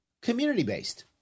community-based